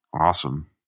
Awesome